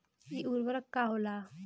इ उर्वरक का होला?